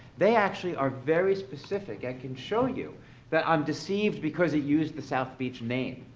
they actually are very specific. i can show you that i'm deceived because it used the south beach name.